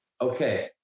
Okay